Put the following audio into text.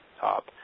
top